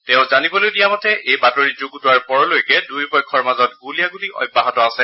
তেওঁ জানিবলৈ দিয়া মতে এই বাতৰি যুগুতোৱাৰ পৰলৈকে দুয়ো পক্ষৰ মাজত গুলীয়াগুলী অব্যাহত আছে